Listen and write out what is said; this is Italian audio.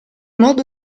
modo